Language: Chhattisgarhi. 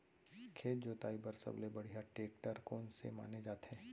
खेत जोताई बर सबले बढ़िया टेकटर कोन से माने जाथे?